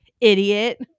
idiot